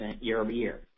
year-over-year